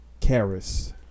Karis